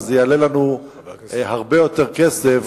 וזה יעלה לנו הרבה יותר כסף,